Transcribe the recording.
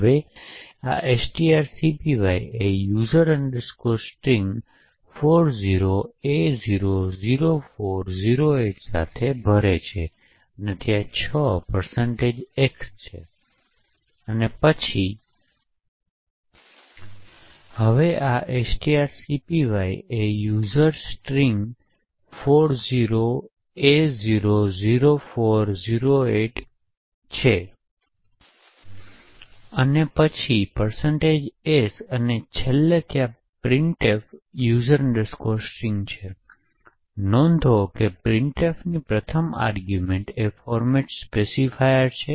હવે આ strcpy એ user string 40a00408 સાથે ભરે છે ત્યાં 6 X છે અને પછી s અને છેલ્લે ત્યાં printf user string છેનોંધ કે printf ની પ્રથમ આર્ગુમેંટ ફૉર્મટ સ્પેસિફાયર છે